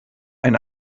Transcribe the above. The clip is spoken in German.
ein